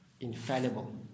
infallible